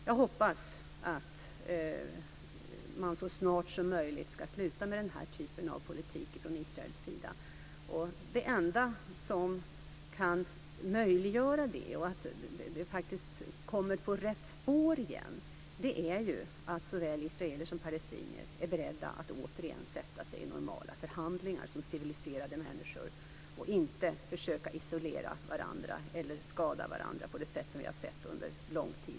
Jag hoppas att man så snart som möjligt ska sluta med den typen av politik från Israels sida. Det enda som kan möjliggöra det och få utvecklingen på rätt spår igen är att såväl israeler som palestinier är beredda att återigen sätta sig i normala förhandlingar som civiliserade människor. Det handlar om att inte försöka isolera varandra eller skada varandra på det sätt som vi nu har sett under lång tid.